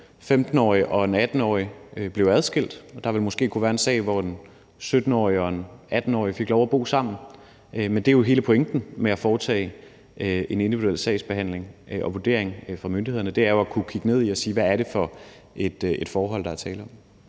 15-årig og en 18-årig blev adskilt, og der vil måske kunne være en sag, hvor en 17-årig og en 18-årig fik lov at bo sammen. Men hele pointen med at foretage en individuel sagsbehandling og vurdering fra myndighedernes side er jo at kigge ned i sagen og sige: Hvad er det for et forhold, der er tale om?